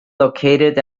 located